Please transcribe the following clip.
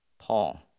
Paul